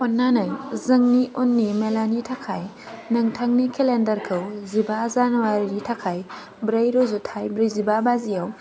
जोंनि उननि मेलानि थाखाय नोंथांनि केलेन्डारखौ जिबा जानुवारिनि थाखाय ब्रै रुजुथाय ब्रैजिबा बाजियाव